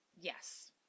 yes